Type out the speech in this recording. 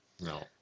No